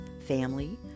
family